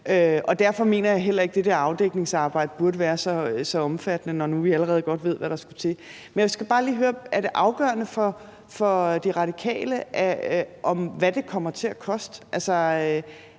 Derfor mener jeg heller ikke, at det der afdækningsarbejde burde være så omfattende, når nu vi allerede godt ved, hvad der skal til. Men jeg skal bare lige høre noget: Er det afgørende for De Radikale, hvad det kommer til at koste?